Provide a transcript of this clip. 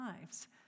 lives